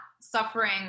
suffering